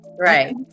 Right